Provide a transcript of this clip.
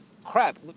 crap